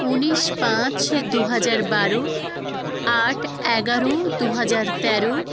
উনিশ পাঁচ দু হাজার বারো আট এগারো দু হাজার তেরো